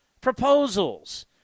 proposals